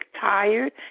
tired